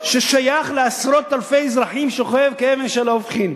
ששייך לעשרות אלפי אזרחים שוכב כאבן שאין לה הופכין.